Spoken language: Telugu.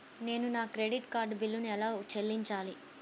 నేను నా క్రెడిట్ కార్డ్ బిల్లును ఎలా చెల్లించాలీ?